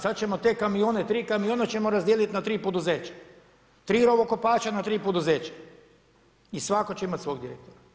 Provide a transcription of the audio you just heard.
Sada ćemo te kamione, tri kamiona ćemo razdijeliti na tri poduzeća, tri rovokopača na tri poduzeća i svatko će imati svog direktora.